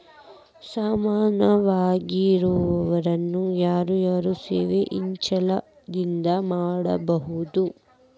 ಸಾಮಾನ್ಯಾವಾಗಿ ಇನ್ಸುರೆನ್ಸ್ ನ ಯಾರ್ ಯಾರ್ ಸ್ವ ಇಛ್ಛೆಇಂದಾ ಮಾಡ್ಸಬೊದು?